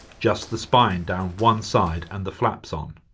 just the spine down one side and the flaps on.